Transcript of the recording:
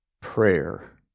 prayer